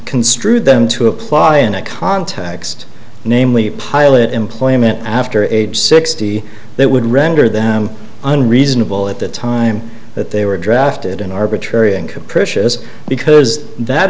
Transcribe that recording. construe them to apply in a context namely pilot employment after age sixty that would render them unreasonable at the time that they were drafted an arbitrary and capricious because that